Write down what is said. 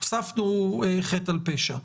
הוספנו חטא על פשע.